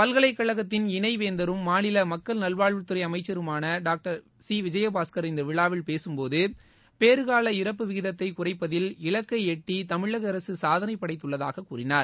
பல்கலைக்கழகத்தின் இணை வேந்தரும் மாநில மக்கள் நல்வாழ்வுத்துறை அமைச்சருமான டாக்டர் சி விஜயபாஸ்கர் இந்த விழாவில் பேசும்போது பேறுகால இறப்பு விகிதத்தை குறைப்பதில் இலக்கை எட்டி தமிழக அரசு சாதணைப் படைத்துள்ளதாக கூறினார்